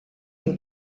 min